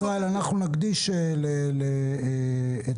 ישראל, אנחנו נקדיש ישיבה לרכב כבד.